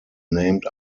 named